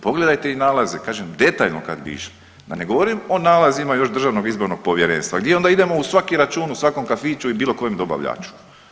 Pogledajte im nalaze, kažem detaljno kad bi išli da ne govorim o nalazima još Državnog izbornog povjerenstva gdje onda idemo u svaki račun, u svakom kafiću i bilo kojem dobavljaču.